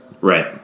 Right